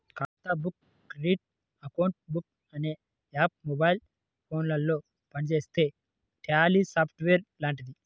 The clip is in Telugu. ఖాతా బుక్ క్రెడిట్ అకౌంట్ బుక్ అనే యాప్ మొబైల్ ఫోనులో పనిచేసే ట్యాలీ సాఫ్ట్ వేర్ లాంటిది